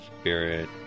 Spirit